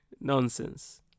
Nonsense